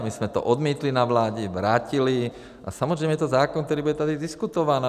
My jsme to odmítli na vládě, vrátili, a samozřejmě je to zákon, který bude tady diskutován.